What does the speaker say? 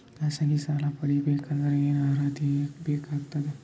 ಖಾಸಗಿ ಸಾಲ ಪಡಿಬೇಕಂದರ ಏನ್ ಅರ್ಹತಿ ಬೇಕಾಗತದ?